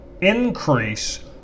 increase